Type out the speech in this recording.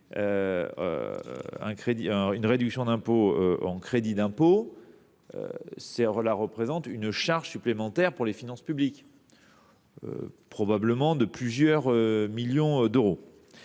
d’une réduction d’impôt en crédit d’impôt représente une charge supplémentaire pour les finances publiques, probablement à hauteur de plusieurs millions d’euros.